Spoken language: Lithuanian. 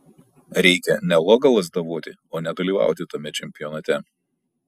reikia ne logą lazdavoti o nedalyvauti tame čempionate